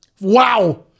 Wow